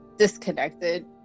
disconnected